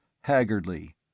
haggardly